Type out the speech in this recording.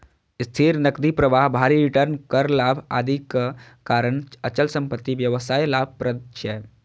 स्थिर नकदी प्रवाह, भारी रिटर्न, कर लाभ, आदिक कारण अचल संपत्ति व्यवसाय लाभप्रद छै